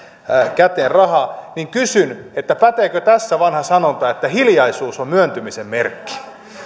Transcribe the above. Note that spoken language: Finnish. käteen rahaa niin kysyn päteekö tässä vanha sanonta että hiljaisuus on myöntymisen merkki